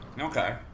Okay